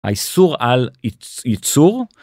האיסור על ייצור.